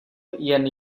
jen